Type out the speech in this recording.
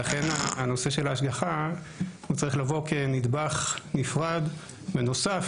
ולכן נושא ההשגחה צריך לבוא כנדבך נפרד ונוסף